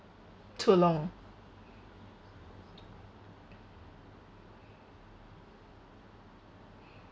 too long